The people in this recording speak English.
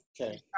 Okay